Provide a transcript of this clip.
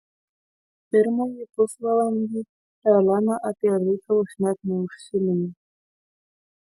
pirmąjį pusvalandį helena apie reikalus net neužsiminė